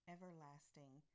Everlasting